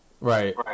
Right